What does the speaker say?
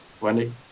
Wendy